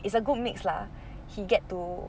it's a good mix lah he get to